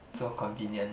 so convenient